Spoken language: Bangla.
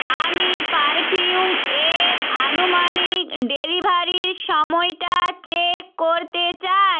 আমি পারফিউম এর আনুমানিক ডেলিভারির সময়টা চেক করতে চাই